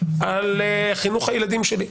על חינוך הילדים שלי.